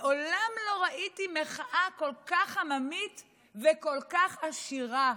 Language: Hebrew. מעולם לא ראיתי מחאה כל כך עממית וכל כך עשירה.